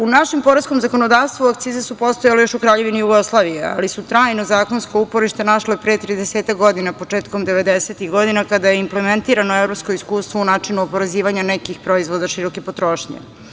U našem poreskom zakonodavstvu akcize su postojale još u Kraljevini Jugoslaviji, ali su trajno zakonsko uporište našle pre 30-ak godina, početkom devedesetih godina, kada je implementirano evropsko iskustvo u načinu oporezivanja nekih proizvoda široke potrošnje.